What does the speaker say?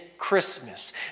Christmas